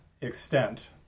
extent